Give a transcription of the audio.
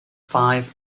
five